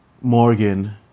Morgan